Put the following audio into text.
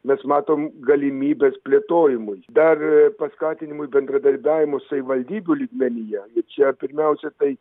mes matom galimybes plėtojimui dar paskatinimui bendradarbiavimo savivaldybių lygmenyje ir čia pirmiausia tai